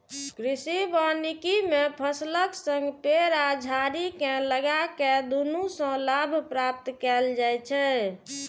कृषि वानिकी मे फसलक संग पेड़ आ झाड़ी कें लगाके दुनू सं लाभ प्राप्त कैल जाइ छै